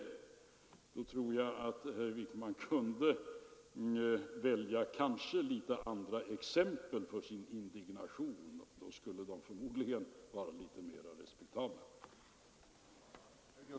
Jag tror att herr Wijkman borde välja andra exempel för sin indignation — då skulle det förmodligen vara litet lättare att respektera den.